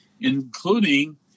including